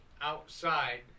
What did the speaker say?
outside